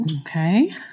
Okay